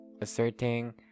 asserting